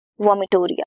vomitoria